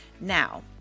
Now